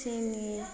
চেনি